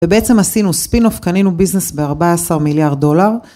ובעצם עשינו ספינוף, קנינו ביזנס ב-14 מיליארד דולר.